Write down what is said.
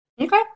okay